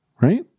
right